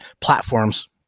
platforms